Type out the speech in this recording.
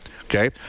Okay